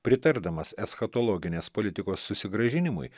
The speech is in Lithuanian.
pritardamas eschatologinės politikos susigrąžinimui